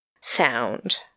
found